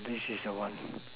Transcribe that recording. this is the one